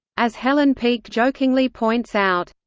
as helen peake jokingly points out,